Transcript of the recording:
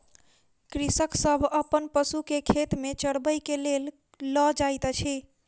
कृषक सभ अपन पशु के खेत में चरबै के लेल लअ जाइत अछि